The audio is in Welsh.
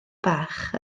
bach